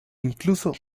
incluso